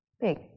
big